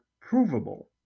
provable